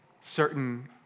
certain